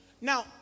Now